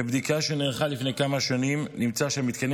בבדיקה שנערכה לפני כמה שנים נמצא שהמתקנים